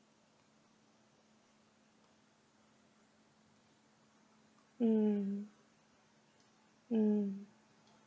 mm mm